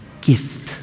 gift